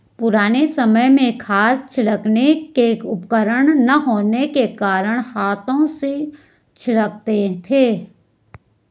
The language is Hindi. पुराने समय में खाद छिड़कने के उपकरण ना होने के कारण हाथों से छिड़कते थे